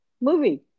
movie